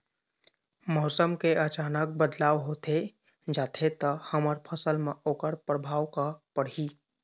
मौसम के अचानक बदलाव होथे जाथे ता हमर फसल मा ओकर परभाव का पढ़ी?